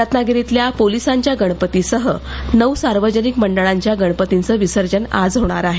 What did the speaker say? रत्नागिरीतल्या पोलिसांच्या गणपतीसह नऊ सार्वजनिक मंडळांच्या गणपतींचं विसर्जन आज होणार आहे